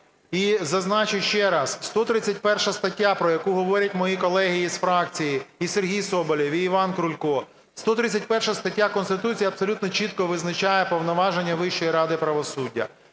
І зазначу ще раз, 131 стаття, про яку говорять мої колеги із фракції і Сергій Соболєв, і Іван Крулько, 131 стаття Конституції абсолютно чітко визначає повноваження Вищої ради правосуддя.